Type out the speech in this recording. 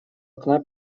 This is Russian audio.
окна